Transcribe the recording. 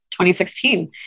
2016